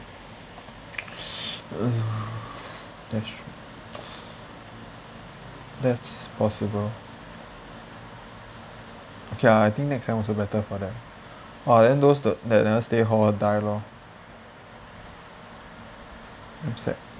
that's true that's possible okay ah I think next sem also better for them !wah! then those the that that never stay at hall die lor damn sad